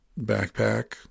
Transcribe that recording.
backpack